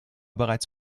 bereits